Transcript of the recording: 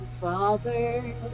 father